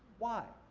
why?